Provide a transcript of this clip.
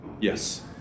Yes